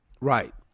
Right